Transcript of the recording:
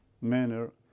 manner